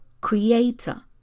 creator